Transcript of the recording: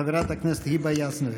חברת הכנסת היבה יזבק.